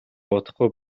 бодохгүй